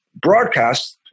broadcast